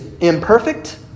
imperfect